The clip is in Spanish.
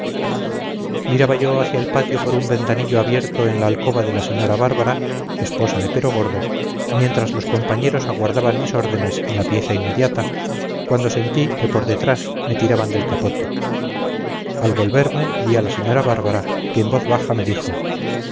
miraba yo hacia el patio por un ventanillo abierto en la alcoba de la señora bárbara esposa de perogordo mientras los compañeros aguardaban mis órdenes en la pieza inmediata cuando sentí que por detrás me tiraban del capote al volverme vi a la señora bárbara que en voz baja me dijo